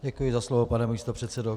Děkuji za slovo, pane místopředsedo.